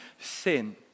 sin